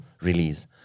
release